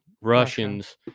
Russians